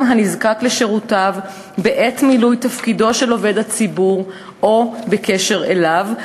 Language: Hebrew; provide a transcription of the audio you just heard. הנזקק לשירותיו בעת מילוי תפקידו של עובד הציבור או בקשר אליו,